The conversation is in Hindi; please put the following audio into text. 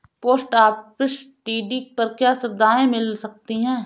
पोस्ट ऑफिस टी.डी पर क्या सुविधाएँ मिल सकती है?